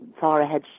far-ahead